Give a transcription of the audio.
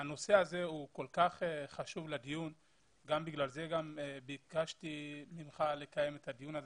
הנושא הזה הוא כל כך חשוב לדיון ולכן ביקשתי ממך לקיים את הדיון הזה.